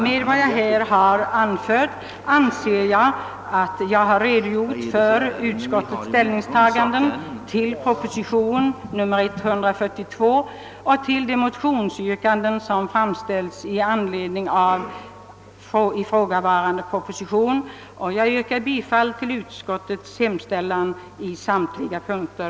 Med vad jag nu anfört anser jag mig ha redogjort för utskottets ställningstagande till proposition nr 142 och till de motionsyrkanden, som framställts i anledning av denna. Jag yrkar bifall till utskottets hemstälställan i samtliga punkter.